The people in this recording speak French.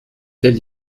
telle